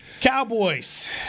Cowboys